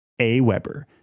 Aweber